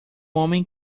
homem